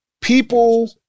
People